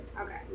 Okay